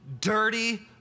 dirty